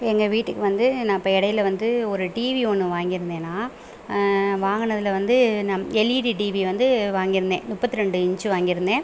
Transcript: எங்கள் வீட்டுக்கு வந்து நான் இப்போ இடையில வந்து ஒரு டிவி ஒன்று வாங்கியிருந்தேன் நான் வாங்கினதுல வந்து நம் எல்இடி டிவி வந்து வாங்கியிருந்தேன் முப்பத்தி ரெண்டு இன்ச் வாங்கியிருந்தேன்